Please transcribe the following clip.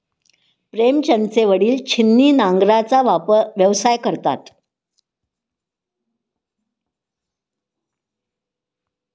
प्रेमचंदचे वडील छिन्नी नांगराचा व्यवसाय करतात